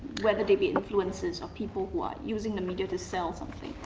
whether they be influencers, or people who are using the media to sell something?